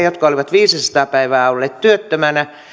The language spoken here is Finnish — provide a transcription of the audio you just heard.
jotka olivat viisisataa päivää olleet työttömänä